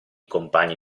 compagni